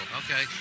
okay